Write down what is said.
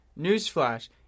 newsflash